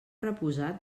reposat